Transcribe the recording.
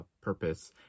purpose